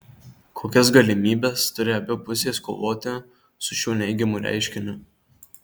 kokias galimybes turi abi pusės kovoti su šiuo neigiamu reiškiniu